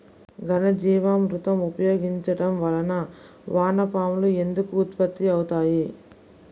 ఘనజీవామృతం ఉపయోగించటం వలన వాన పాములు ఎందుకు ఉత్పత్తి అవుతాయి?